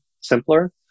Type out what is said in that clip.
simpler